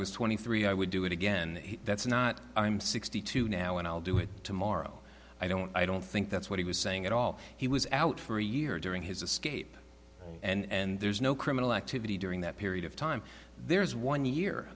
was twenty three i would do it again that's not i'm sixty two now and i'll do it tomorrow i don't i don't think that's what he was saying at all he was out for a year during his a scape and there's no criminal activity during that period of time there is one year